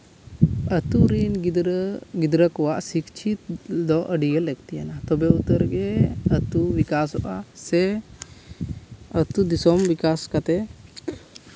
ᱟᱛᱳᱨᱤᱱ ᱜᱤᱫᱽᱨᱟᱹ ᱜᱤᱫᱽᱨᱟᱹ ᱠᱚᱣᱟᱜ ᱥᱤᱪᱪᱷᱤᱛ ᱫᱚ ᱟᱹᱰᱤ ᱞᱟᱹᱠᱛᱤ ᱟᱱᱟ ᱛᱚᱵᱮ ᱩᱛᱟᱹᱨ ᱜᱮ ᱟᱛᱳ ᱵᱤᱠᱟᱥᱚᱜᱼᱟ ᱥᱮ ᱟᱛᱳ ᱫᱤᱥᱚᱢ ᱵᱤᱠᱟᱥ ᱠᱟᱛᱮ